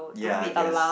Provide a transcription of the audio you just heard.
ya I guess